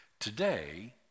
Today